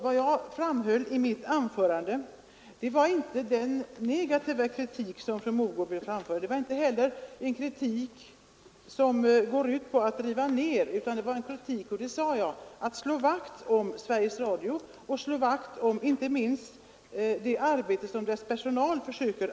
Vad jag framhöll i mitt anförande var inte negativ kritik, som fru Moegård vill göra gällande, och det var inte heller en kritik som går ut på att riva ner, utan jag sade att man bör slå vakt om Sveriges Radio och inte minst om det arbete som dess personal utför.